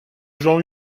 jean